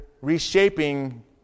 reshaping